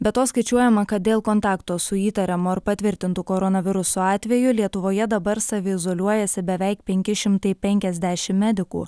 be to skaičiuojama kad dėl kontakto su įtariamu ar patvirtintu koronaviruso atveju lietuvoje dabar saviizoliuojasi beveik penki šimtai penkiasdešimt medikų